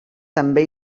també